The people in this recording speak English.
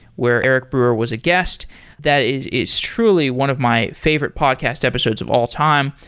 where eric brewer was aghast. that is is truly one of my favorite podcast episodes of all time.